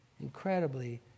incredibly